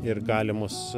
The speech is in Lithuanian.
ir galimus